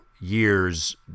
years